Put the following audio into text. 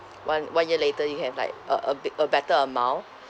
one one year later you have like a a big a better amount